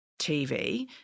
tv